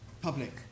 public